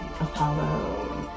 Apollo